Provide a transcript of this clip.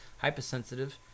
Hypersensitive